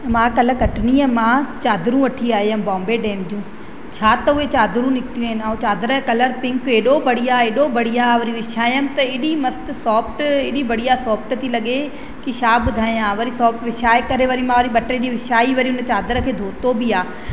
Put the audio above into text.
मां कल्ह कटनीअ मां चादरू वठी आयमि बॉम्बे डाइंग जूं छा त उहे चादरू निकितियूं आहिनि ऐं चादर जो कलर पिंक एॾो बढ़िया आहे एॾो बढ़िया आहे वरी विछायमि त एॾी मस्तु सोफ्ट एॾी बढ़िया सोफ्ट थी लॻे की छा ॿुधाया वरी सोफ्ट विछाए करे मां वरी ॿ टे ॾींहं विछाई वरी चादर खे धोतो बि आहे